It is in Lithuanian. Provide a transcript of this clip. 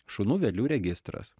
šunų vedlių registras